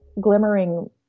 glimmering